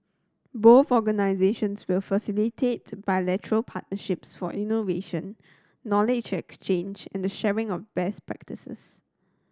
both organisations will facilitate bilateral partnerships for innovation knowledge exchange and sharing of best practices